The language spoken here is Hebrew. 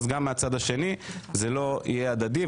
אז גם מהצד השני זה לא יהיה הדדי.